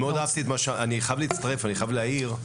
אני חייב להצטרף ולהעיר: